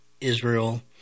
Israel